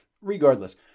Regardless